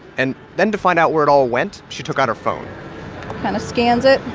and then to find out where it all went, she took out her phone kind of scans it,